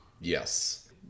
yes